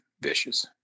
vicious